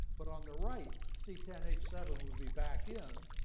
but on the right c ten h seven would be back in,